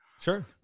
Sure